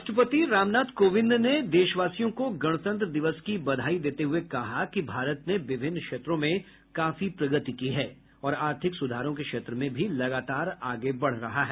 राष्ट्रपति रामनाथ कोविंद ने देशवासियों को गणतंत्र दिवस की बधाई देते हुए कहा कि भारत ने विभिन्न क्षेत्रों में काफी प्रगति की है और आर्थिक सुधारों के क्षेत्र में भी लगातार आगे बढ़ रहा है